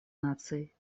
наций